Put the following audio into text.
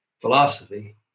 philosophy